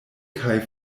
kaj